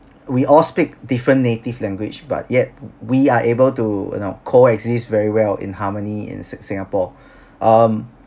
we all speak different native language but yet we are able to you know coexist very well in harmony in si~ singapore um